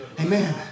Amen